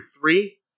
three